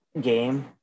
game